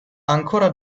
ancora